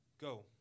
Go